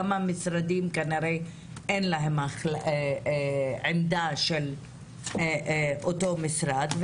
גם למשרדים כנראה אין עמדה של אותו משרד,